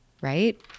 right